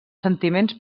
sentiments